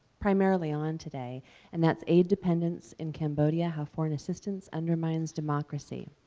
primarily on today and that's aid dependence in cambodia how foreign assistance undermines democracy,